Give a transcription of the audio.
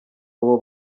abo